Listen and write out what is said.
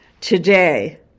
today